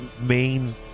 main